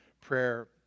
prayer